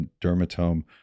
dermatome